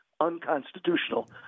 unconstitutional